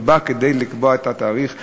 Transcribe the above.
שבאה לקבוע את התאריך העברי,